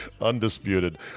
Undisputed